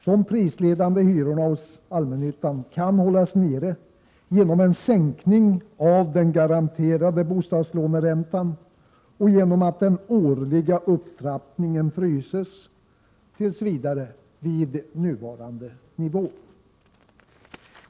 De prisledande hyrorna hos allmännyttan kan hållas nere genom en sänkning av den garanterade bostadslåneräntan och genom att den årliga upptrappningen tills vidare fryses vid nuvarande nivå.